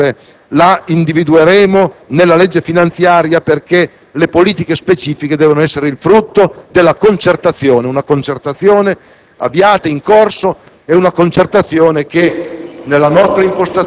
la definizione precisa degli strumenti da raggiungere la individueremo nella legge finanziaria perché le politiche specifiche devono essere il frutto della concertazione; una concertazione